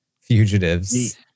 Fugitives